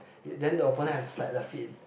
then the opponent has to slide their feet